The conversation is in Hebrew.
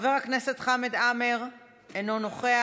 חבר הכנסת חמד עמאר, אינו נוכח,